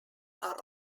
are